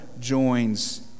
joins